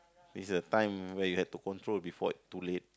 is a time where you have to control before it is too late